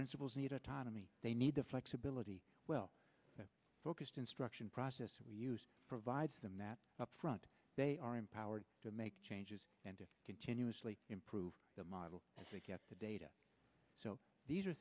principals need autonomy they need the flexibility well focused instruction process we use provides them that up front they are empowered to make changes and to continuously improve the model and the data so these are